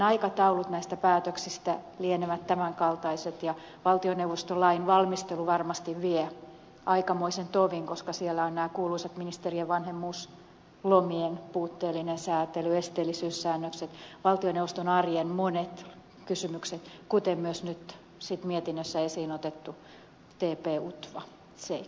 aikataulut näistä päätöksistä lienevät tämänkaltaiset ja valtioneuvostolain valmistelu varmasti vie aikamoisen tovin koska siellä ovat nämä kuuluisat ministerien vanhemmuuslomien puutteellinen säätely esteellisyyssäännökset valtioneuvoston arjen monet kysymykset kuten myös nyt mietinnössä esiin otettu tp utva seikka